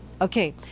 Okay